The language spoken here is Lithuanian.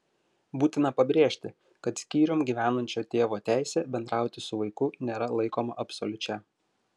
būtina pabrėžti kad skyrium gyvenančio tėvo teisė bendrauti su vaiku nėra laikoma absoliučia